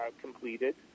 completed